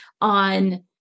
on